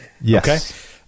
Yes